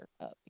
up